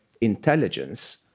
intelligence